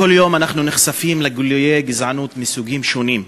כל יום אנחנו נחשפים לגילויי גזענות מסוגים שונים,